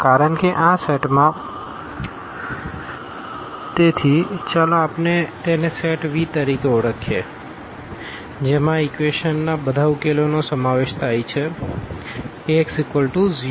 કારણ કે આ સેટમાં તેથી ચાલો આપણે તેને સેટ V તરીકે ઓળખીએ જેમાં આ ઇક્વેશનના બધા ઉકેલોનો સમાવેશ થાય છે Ax0